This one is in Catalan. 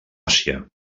àsia